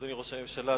אדוני היושב-ראש,